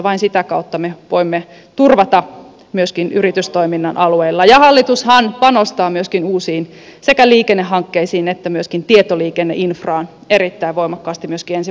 vain sitä kautta me voimme turvata myöskin yritystoiminnan alueella ja hallitushan panostaa uusiin sekä liikennehankkeisiin että tietoliikenneinfraan erittäin voimakkaasti myöskin ensi vuoden budjetissa